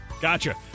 Gotcha